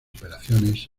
operaciones